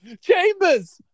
Chambers